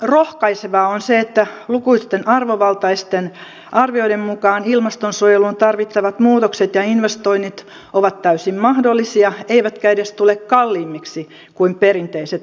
rohkaisevaa on se että lukuisten arvovaltaisten arvioiden mukaan ilmastonsuojeluun tarvittavat muutokset ja investoinnit ovat täysin mahdollisia eivätkä edes tule kalliimmiksi kuin perinteiset ratkaisut